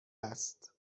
است